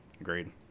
Agreed